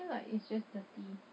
I feel like it's just dirty